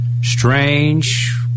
Strange